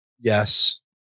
Yes